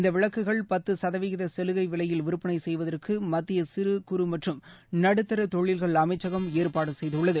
இந்தவிளக்குகள் பத்துசதவிகிதசலுகைவிலையில் விற்பனைசெய்வதற்குமத்திய சிறுமற்றும் து நடுத்தரதொழில்கள் அமைச்சகம் ஏற்பாடுசெய்துள்ளது